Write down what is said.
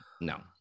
No